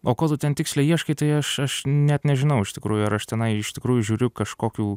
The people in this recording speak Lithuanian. o ko tu ten tiksliai ieškai tai aš aš net nežinau iš tikrųjų ar aš tenai iš tikrųjų žiūriu kažkokių